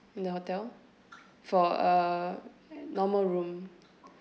in the hotel for a an normal room